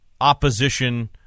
opposition